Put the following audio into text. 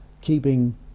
keeping